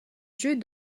jeux